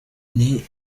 nti